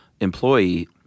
employee